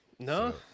No